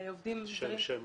שיש לנו